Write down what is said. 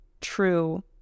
true